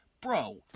bro